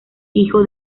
hijo